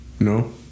No